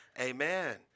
Amen